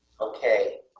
okay,